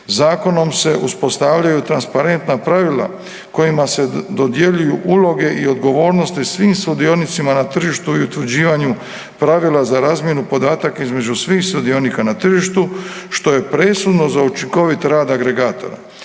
Zakonom se uspostavljaju transparentna pravila kojima se dodjeljuju uloge i odgovornosti svim sudionicima na tržištu i utvrđivanju pravila za razmjenu podataka između svih sudionika na tržištu, što je presudno za učinkovit rad agregatora.